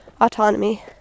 autonomy